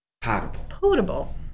Potable